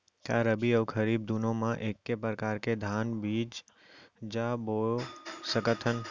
का रबि अऊ खरीफ दूनो मा एक्के प्रकार के धान बीजा बो सकत हन?